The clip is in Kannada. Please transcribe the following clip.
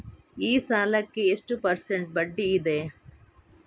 ಈ ಸಾಲಕ್ಕೆ ಎಷ್ಟು ಪರ್ಸೆಂಟ್ ಬಡ್ಡಿ ಇದೆ?